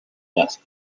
láser